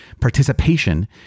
participation